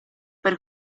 per